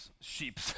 sheep